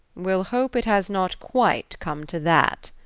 we'll hope it has not quite come to that,